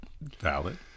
Valid